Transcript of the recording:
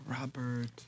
Robert